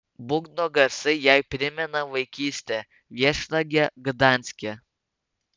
būgno garsai jai primena vaikystę viešnagę gdanske